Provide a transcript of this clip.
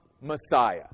Messiah